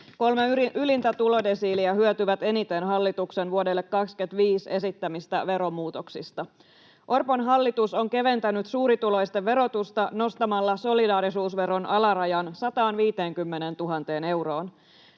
Kolme ylintä tulodesiiliä hyötyvät eniten hallituksen vuodelle 25 esittämistä veromuutoksista. Orpon hallitus on keventänyt suurituloisten verotusta nostamalla solidaarisuusveron alarajan 150 000 euroon.